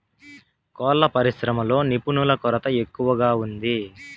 కోళ్ళ పరిశ్రమలో నిపుణుల కొరత ఎక్కువగా ఉంది